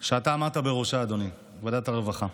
שאתה עמדת בראשה, אדוני, ועדת הרווחה.